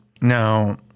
Now